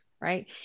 right